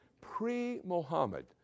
pre-Mohammed